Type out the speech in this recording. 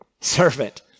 servant